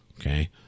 okay